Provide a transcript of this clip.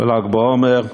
בל"ג בעומר.